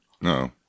No